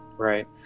Right